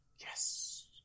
Yes